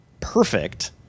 perfect